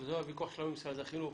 זה הוויכוח שלנו עם משרד החינוך.